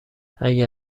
اگه